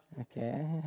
Okay